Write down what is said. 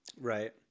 Right